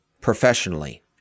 professionally